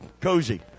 cozy